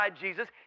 Jesus